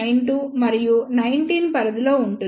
92 మరియు 19 పరిధిలో ఉంటుంది